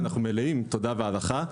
מלאים תודה והערכה.